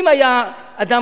אם היה אדם,